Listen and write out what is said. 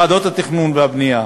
ועדות התכנון והבנייה,